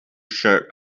shirt